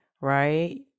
right